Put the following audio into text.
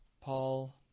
Paul